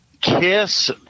Kiss